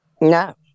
No